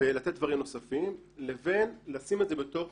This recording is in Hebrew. ולתת דברים נוספים לבין לשים את זה בתוך